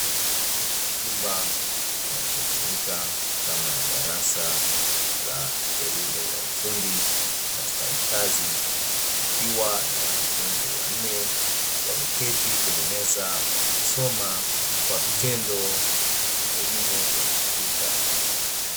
Chumba kinachotumika kama darasa la elimu ya ufundi na stadi kazi, kikiwa na wanafunzi wannne wameketi kwenye meza wakisoma kwa vitendo elimu ya kompyuta.